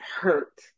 hurt